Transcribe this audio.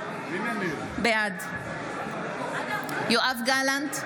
בעד יואב גלנט,